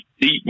deep